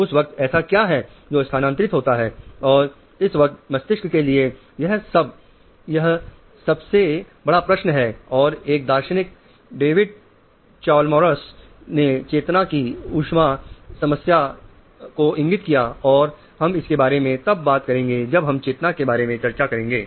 उस वक्त ऐसा क्या है जो स्थानांतरित होता है और इस वक्त मस्तिष्क के लिए यह सबसे बड़ा प्रश्न है और एक दार्शनिक डेविड चालमरस ने चेतना की ऊष्मा समस्या को इंगित किया और हम इसके बारे में तब बात करेंगे जब हम चेतना के बारे में चर्चा करेंगे